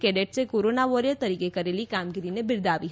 કેડેટ્સે corona warrior તરીકે કરેલી કામગીરીને બિરદાવી હતી